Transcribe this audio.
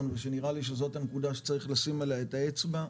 ושנראה לי שזאת הנקודה שצריך לשים עליה את האצבע,